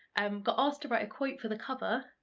um got asked to write a quote for the cover,